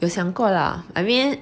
有想过 lah I mean